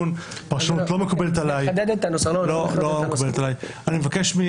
נכון, היא לא חייבת לצאת לפגרה מייד.